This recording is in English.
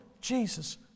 Jesus